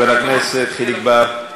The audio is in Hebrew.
אה,